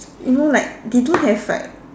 you know like they don't have like